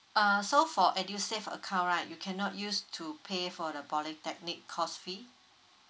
uh so for edusave account right you cannot use to pay for the polytechnic course fee